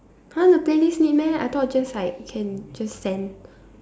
!huh! the playlist need meh I thought just like can just send